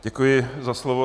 Děkuji za slovo.